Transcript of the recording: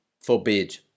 forbid